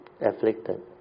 afflicted